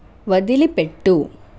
వదిలిపెట్టు